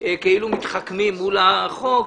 כאילו מתחכמים מול החוק